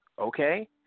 okay